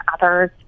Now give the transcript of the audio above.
others